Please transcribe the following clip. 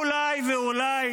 אולי ואולי,